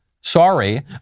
Sorry